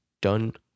done